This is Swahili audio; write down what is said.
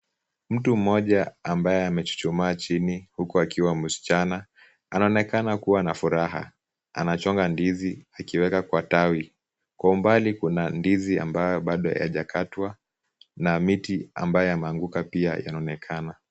Mtu mmoja ambaye amechuchumaa chini huku akiwa msichana. Anaonekana kuwa na furaha. Anachonga ndizi, akiweka kwenye tawi. Kwa umbali kuna ndizi ambayo bado hayajakatwa na miti ambayo yameanguka pia yanaonekana.